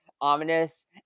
ominous